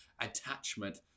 attachment